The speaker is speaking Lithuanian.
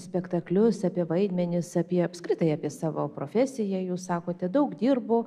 spektaklius apie vaidmenis apie apskritai apie savo profesiją jūs sakote daug dirbu